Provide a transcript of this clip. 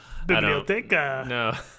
Biblioteca